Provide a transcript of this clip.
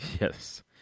Yes